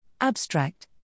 Abstract